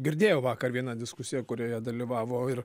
girdėjau vakar vieną diskusiją kurioje dalyvavo ir